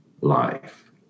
life